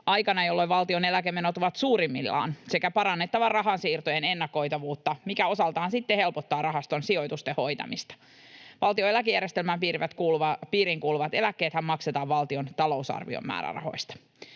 aikana, jolloin valtion eläkemenot ovat suurimmillaan. Tavoitteena on myös parantaa rahansiirtojen ennakoitavuutta, mikä osaltaan sitten helpottaa rahaston sijoitusten hoitamista. Valtion eläkejärjestelmän piiriin kuuluvat eläkkeethän maksetaan valtion talousarvion määrärahoista.